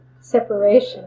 separation